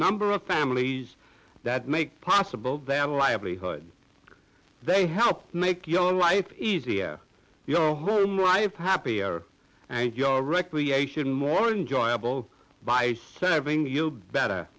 number of families that make possible their livelihood they help make your life easier your home life happier and your recreation more enjoyable by serving you better